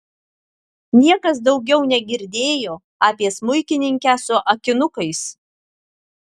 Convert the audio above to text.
niekas daugiau negirdėjo apie smuikininkę su akinukais